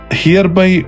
hereby